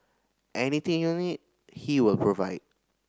anything you need he will provide